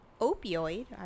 opioid